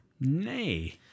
Nay